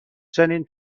چنین